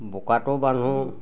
বোকাটো বান্ধো